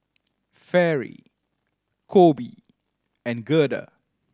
Fairy Coby and Gerda